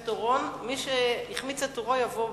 מי שהחמיץ את תורו יבוא בסוף.